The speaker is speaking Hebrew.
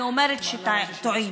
אני אומרת שטועים,